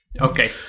okay